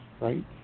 right